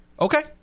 Okay